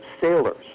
sailors